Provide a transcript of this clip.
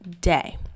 day